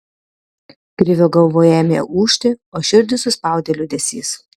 krivio galvoje ėmė ūžti o širdį suspaudė liūdesys